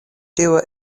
tio